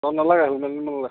তই নালাগে হেলমেট আনিব নালাগে